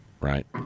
right